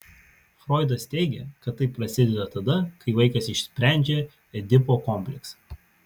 froidas teigė kad tai prasideda tada kai vaikas išsprendžia edipo kompleksą